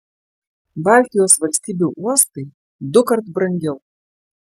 baltijos valstybių uostai dukart brangiau